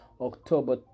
October